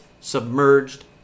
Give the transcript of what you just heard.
submerged